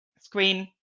screen